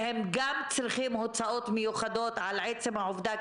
והם גם צריכים הוצאות מיוחדות על עצם העובדה,